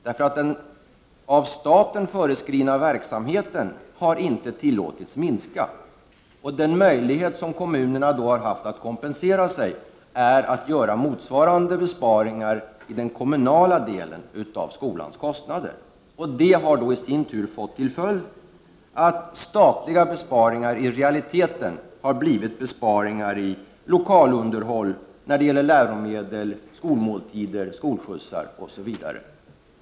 Den av staten föreskrivna verksamheten har ju inte tillåtits minska. Den möjlighet till kompensation som kommunerna har haft har varit att göra motsvarande besparingar i den kommunala delen av skolans kostnader. Det har i sin tur fått till följd att statliga besparingar i realiteten har blivit besparingar när det gäller lokalunderhåll, läromedel, skolmåltider, skolskjutsar osv.